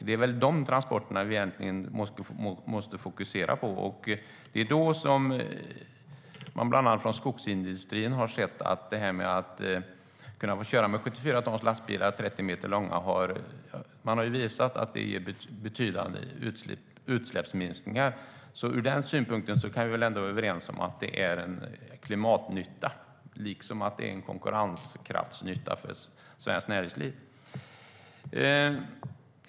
Det är de transporterna som vi måste fokusera på. Och det är då som bland annat skogsindustrin har visat att 74 tons lastbilar som är 30 meter långa ger betydande utsläppsminskningar. Ur den synvinkeln kan vi väl ändå vara överens om att det är en klimatnytta, liksom en konkurrenskraftsnytta för svenskt näringsliv.